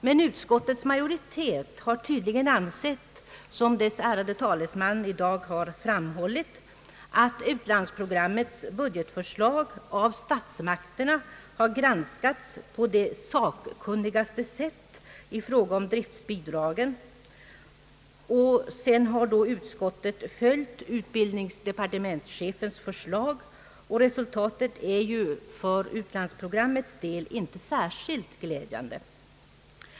Men utskottets majoritet har tydligen ansett — som dess ärade talesman i dag framhållit — att utlandsprogrammets budgetförslag av statsmakterna har granskats på det sakkunnigaste sätt i fråga om driftsbidragen. Sedan har utskottet följt utbildningsdepartementschefens förslag, och resultatet är för utlandsprogrammets del inte särskilt glädjande.